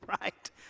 Right